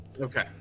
Okay